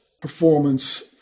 performance